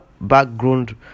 background